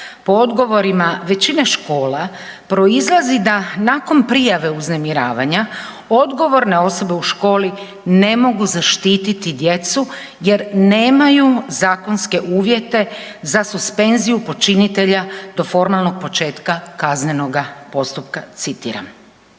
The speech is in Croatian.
po odgovorima većine škola proizlazi da nakon prijave uznemiravanja odgovorne osobe u školi ne mogu zaštiti djecu jer nemaju zakonske uvjete za suspenziju počinitelja do formalnog početka kaznenoga postupka“, citiram.